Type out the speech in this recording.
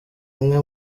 umwe